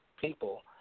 people